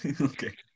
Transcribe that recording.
Okay